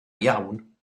iawn